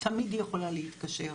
תמיד היא יכולה להתקשר,